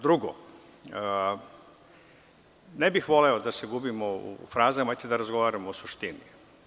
Drugo, ne bih voleo da se gubimo u frazama, hajde da razgovaramo o suštini.